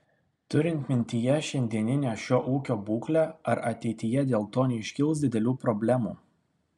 turint mintyje šiandieninę šio ūkio būklę ar ateityje dėl to neiškils didelių problemų